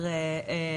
בטחון,